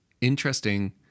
interesting